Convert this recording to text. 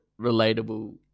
relatable